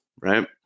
right